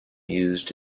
used